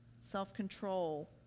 self-control